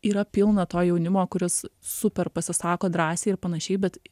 yra pilna to jaunimo kuris super pasisako drąsiai ir panašiai bet